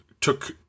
took